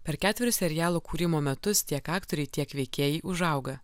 per ketverius serialo kūrimo metus tiek aktoriai tiek veikėjai užauga